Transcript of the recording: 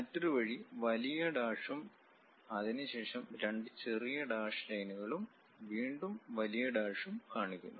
മറ്റൊരു വഴി വലിയ ഡാഷും അതിനുശേഷം രണ്ട് ചെറിയ ഡാഷ് ലൈനുകളും വീണ്ടും വലിയ ഡാഷും കാണിക്കുന്നു